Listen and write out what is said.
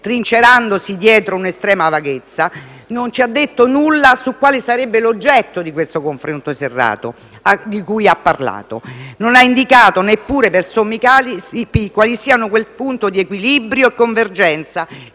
Trincerandosi dietro un'estrema vaghezza, non ci ha detto nulla su quale sarebbe l'oggetto del confronto serrato di cui ha parlato. Non ha indicato neppure per sommi capi quale sia quel punto di equilibrio e convergenza